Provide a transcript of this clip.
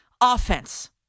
offense